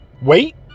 Wait